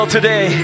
Today